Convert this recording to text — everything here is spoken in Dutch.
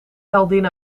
heldin